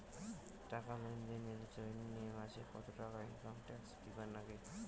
টাকা লেনদেন এর জইন্যে মাসে কত টাকা হামাক ট্যাক্স দিবার নাগে?